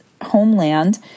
homeland